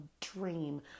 dream